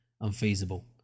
unfeasible